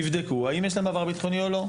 יבדקו האם יש להם עבר ביטחוני או לא.